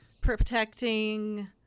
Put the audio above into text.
protecting